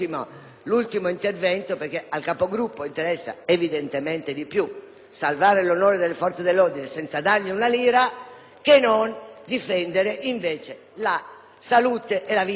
salvare l'onore delle forze dell'ordine senza dare una lira piuttosto difendere invece la salute e la vita delle donne. Detto questo, chiediamo il voto